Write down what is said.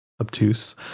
obtuse